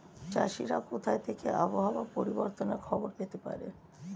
চাষিরা কোথা থেকে আবহাওয়া পরিবর্তনের খবর পেতে পারে?